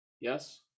yes